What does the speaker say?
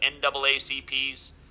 NAACP's